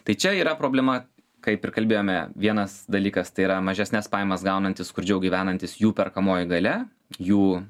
tai čia yra problema kaip ir kalbėjome vienas dalykas tai yra mažesnes pajamas gaunantys skurdžiau gyvenantys jų perkamoji galia jų